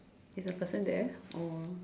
is the person there or